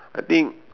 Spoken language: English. I think